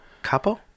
Capo